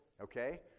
okay